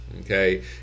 okay